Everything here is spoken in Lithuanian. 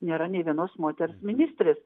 nėra nė vienos moters ministrės